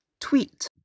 tweet